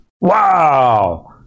Wow